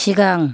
सिगां